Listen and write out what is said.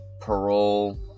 parole